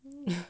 yeah